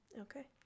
Okay